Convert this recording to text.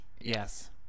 Yes